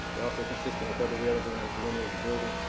they're also consistent with other railings around the perimeter of the building.